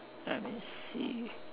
let me see